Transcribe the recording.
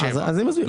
ו-2.7%.